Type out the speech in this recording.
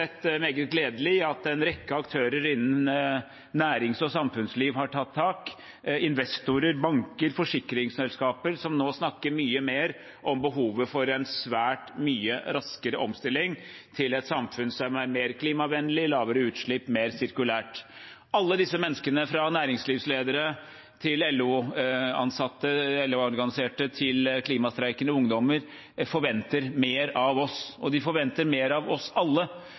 meget gledelig, at en rekke aktører innen nærings- og samfunnsliv har tatt tak. Investorer, banker og forsikringsselskaper snakker nå mye mer om behovet for en svært mye raskere omstilling til et samfunn som er mer klimavennlig, har lavere utslipp, er mer sirkulært. Alle disse menneskene, fra næringslivsledere til LO-ansatte, LO-organiserte og klimastreikende ungdommer, forventer mer av oss, og de forventer mer av oss alle.